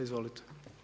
Izvolite.